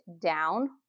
down